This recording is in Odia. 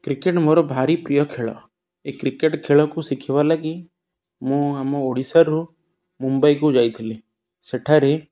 କ୍ରିକେଟ୍ ମୋର ଭାରି ପ୍ରିୟ ଖେଳ ଏ କ୍ରିକେଟ୍ ଖେଳକୁ ଶିଖିବା ଲାଗି ମୁଁ ଆମ ଓଡ଼ିଶାରୁ ମୁମ୍ବାଇକୁ ଯାଇଥିଲି ସେଠାରେ